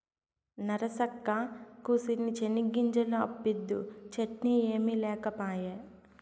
నరసక్కా, కూసిన్ని చెనిగ్గింజలు అప్పిద్దూ, చట్నీ ఏమి లేకపాయే